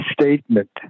statement